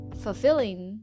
fulfilling